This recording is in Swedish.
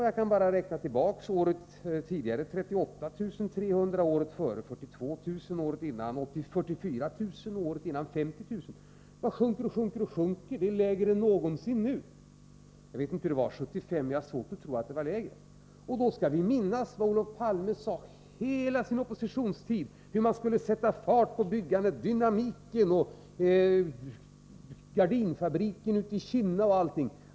Jag kan bara hänvisa till att för de närmast föregående åren har det varit 32 200, 38 300, 42 000, 44 000 och 50 000. Det bara sjunker, sjunker och sjunker. Det är lägre än någonsin nu. Då skall vi minnas vad Olof Palme sade under hela sin oppositionstid om hur man skulle sätta fart på byggandet. Han talade om dynamiken, gardinfabriken i Kinna och annat.